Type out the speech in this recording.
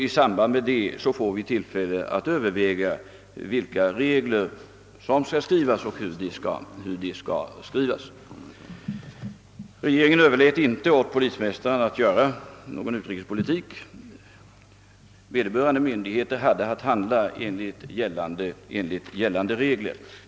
I samband därmed får vi tillfälle att överväga vilka regler som skall skrivas och hur de skall skrivas. Regeringen överlät inte åt polismästaren att göra någon utrikespolitik. Vederbörande myndigheter hade att handla enligt gällande regler.